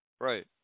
right